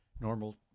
normal